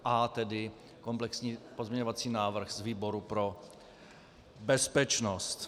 A komplexní pozměňovací návrh z výboru pro bezpečnost.